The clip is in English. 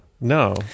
No